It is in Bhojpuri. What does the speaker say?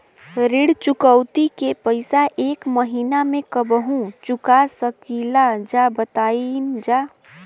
ऋण चुकौती के पैसा एक महिना मे कबहू चुका सकीला जा बताईन जा?